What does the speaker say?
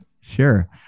sure